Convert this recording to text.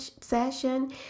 session